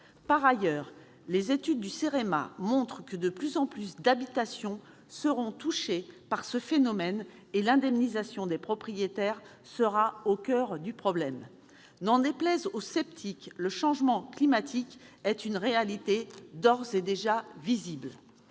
la mobilité et l'aménagement, montrent que de plus en plus d'habitations seront touchées par ce phénomène, et l'indemnisation des propriétaires sera au coeur du problème. N'en déplaise aux sceptiques, le changement climatique est une réalité d'ores et déjà visible.